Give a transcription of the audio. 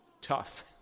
tough